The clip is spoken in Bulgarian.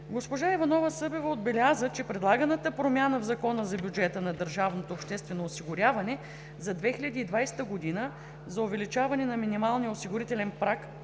Госпожа Иванова-Събева отбеляза, че предлаганата промяна в Закона за бюджета на държавното обществено осигуряване за 2020 г. за увеличаване на минималния осигурителен праг